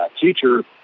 teacher